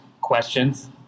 questions